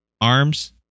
arms